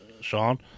Sean